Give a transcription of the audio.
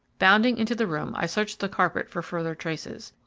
bounding into the room, i searched the carpet for further traces.